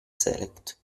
select